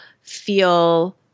feel